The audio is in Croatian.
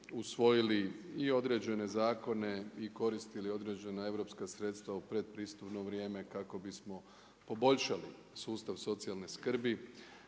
usvojili i određene zakone i koristili određena europska sredstva u predpristupno vrijeme kako bismo poboljšali sustav socijalne skrbi,